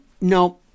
No